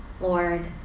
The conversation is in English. Lord